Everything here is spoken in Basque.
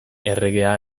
erregea